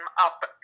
up